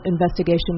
investigation